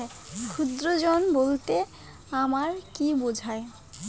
ক্ষুদ্র ঋণ বলতে আমরা কি বুঝি?